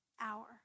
hour